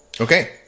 Okay